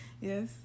Yes